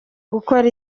gukora